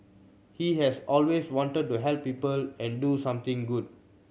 he has always wanted to help people and do something good